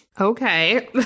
Okay